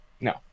No